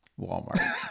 Walmart